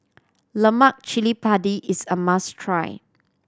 Lemak Chili Padi is a must try